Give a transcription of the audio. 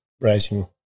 raising